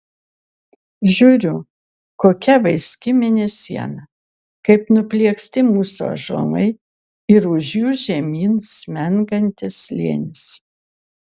žiūriu kokia vaiski mėnesiena kaip nuplieksti mūsų ąžuolai ir už jų žemyn smengantis slėnis